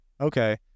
okay